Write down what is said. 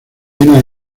una